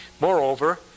Moreover